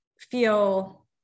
feel